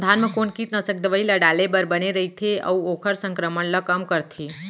धान म कोन कीटनाशक दवई ल डाले बर बने रइथे, अऊ ओखर संक्रमण ल कम करथें?